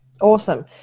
Awesome